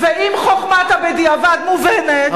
ואם חוכמת הבדיעבד מובנת,